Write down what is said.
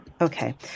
Okay